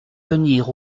venir